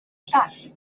llall